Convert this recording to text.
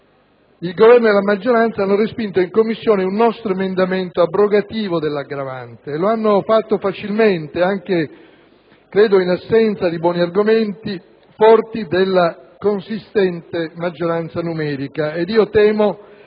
il Governo e la maggioranza hanno respinto in Commissione un nostro emendamento abrogativo dell'aggravante e lo hanno fatto facilmente, anche - credo - in assenza di buoni argomenti, forti della consistente maggioranza numerica. Temo